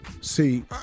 See